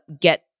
get